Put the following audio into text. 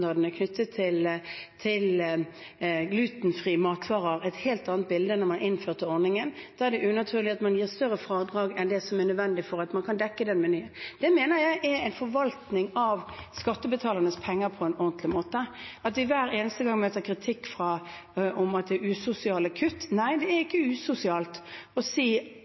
helt annerledes enn da man innførte ordningen. Da er det unaturlig at man gir større fradrag enn nødvendig for å dekke den menyen. Det mener jeg er å forvalte skattebetalernes penger på en ordentlig måte. Hver eneste gang møter vi kritikk om at dette er usosiale kutt. Nei, det er ikke usosialt å si